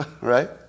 right